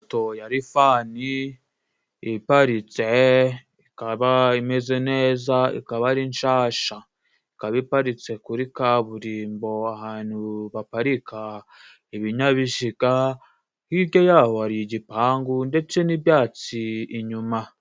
Moto ya Lifani iparitse ikaba imeze neza ikaba ari nshasha. Ikaba iparitse kuri kaburimbo ahantu baparika ibinyabiziga hirya yaho hari igipangu ndetse n'ibyatsi inyuma.